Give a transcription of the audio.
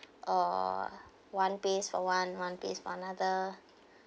or one pays for one one pays for another